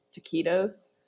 taquitos